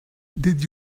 did